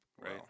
Right